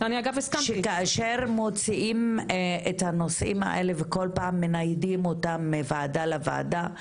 שכאשר מוציאים את הנושאים האלה וכל פעם מניידים אותם מוועדה לוועדה,